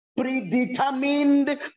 predetermined